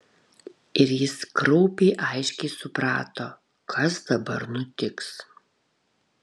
ir jis kraupiai aiškiai suprato kas dabar nutiks